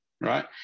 right